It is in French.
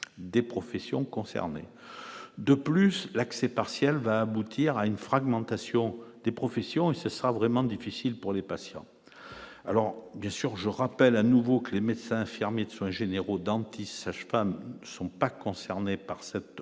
des professions concernées de plus l'accès partiel va aboutir à une fragmentation des professions et ce sera vraiment difficile pour les patients, alors bien sûr, je rappelle à nouveau que les médecins, infirmiers de soins généraux, dentistes, sages-femmes ne sont pas concernés par cette